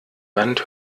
wand